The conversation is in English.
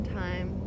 time